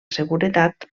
seguretat